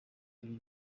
ibi